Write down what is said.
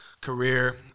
career